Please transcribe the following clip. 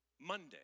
Monday